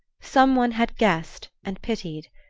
some one had guessed and pitied.